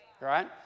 right